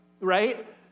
right